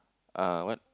a what